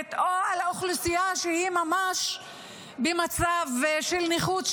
או על האוכלוסייה שהיא ממש במצב של נכות,